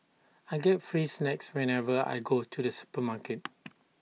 I get free snacks whenever I go to the supermarket